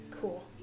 Cool